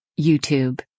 YouTube